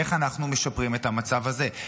איך אנחנו משפרים את המצב הזה,